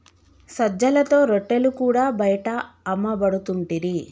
సజ్జలతో రొట్టెలు కూడా బయట అమ్మపడుతుంటిరి